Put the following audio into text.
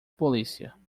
policia